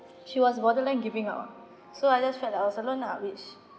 she was borderline giving up ah so I just felt like I was alone lah which